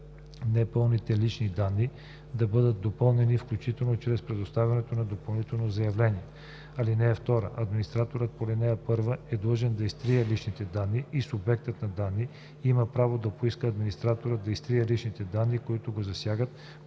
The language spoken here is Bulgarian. непълните лични данни да бъдат допълнени, включително чрез предоставяне на допълнително заявление. (2) Администраторът по ал. 1 е длъжен да изтрие личните данни и субектът на данните има право да поиска администраторът да изтрие личните данни, които го засягат,